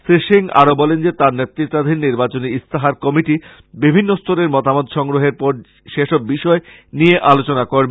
শ্রী সিং আরো বলেন যে তাঁর নেতৃত্বাধীন নির্বাচনী ইস্তাহার কমিটি বিভিন্ন স্তরের মতামত সংগ্রহের পর সেসব বিষয় নিয়ে আলোচনা করবে